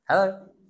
Hello